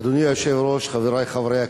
אדוני היושב-ראש, חברי חברי הכנסת,